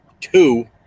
two